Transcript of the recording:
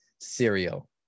cereal